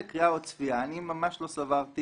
הצפייה, אני ממש לא סברתי